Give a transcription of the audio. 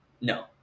No